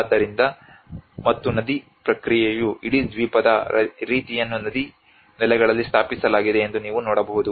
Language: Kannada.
ಆದ್ದರಿಂದ ಮತ್ತು ನದಿ ಪ್ರಕ್ರಿಯೆಯು ಇಡೀ ದ್ವೀಪದ ರೀತಿಯನ್ನು ನದಿ ನೆಲೆಗಳಲ್ಲಿ ಸ್ಥಾಪಿಸಲಾಗಿದೆ ಎಂದು ನೀವು ನೋಡಬಹುದು